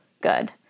good